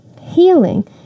healing